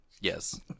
Yes